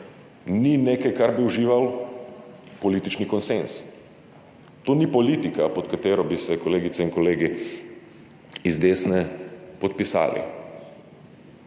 ni nekaj, kar bi uživalo politični konsenz. To ni politika, pod katero bi se kolegice in kolegi z desne podpisali.